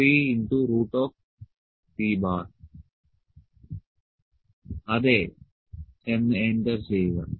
L C 3C അതെ എന്ന് enter ചെയ്യുക